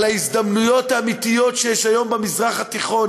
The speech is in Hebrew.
על ההזדמנויות האמיתיות שיש היום במזרח התיכון,